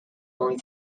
only